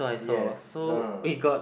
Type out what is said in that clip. yes uh